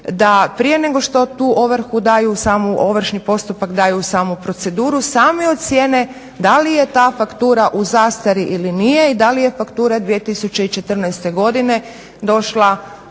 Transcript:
da prije nego što tu ovrhu daju u sam ovršni postupak daju u samu proceduru, sami ocijene da li je ta faktura u zastari ili nije i da li je faktura 2014. godine došla,